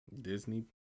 Disney